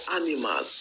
animal